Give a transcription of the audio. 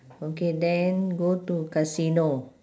okay then go to casino